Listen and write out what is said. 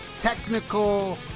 technical